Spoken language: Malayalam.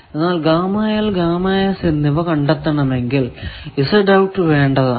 എന്നാൽ എന്നിവ കണ്ടെത്തണമെങ്കിൽ വേണ്ടതാണ്